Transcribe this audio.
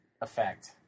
effect